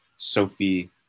Sophie